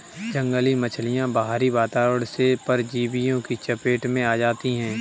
जंगली मछलियाँ बाहरी वातावरण से परजीवियों की चपेट में आ जाती हैं